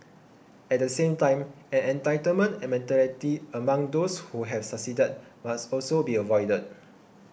at the same time an entitlement mentality among those who have succeeded must also be avoided